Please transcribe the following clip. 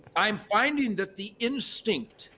i'm finding that the instinct,